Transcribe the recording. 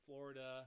Florida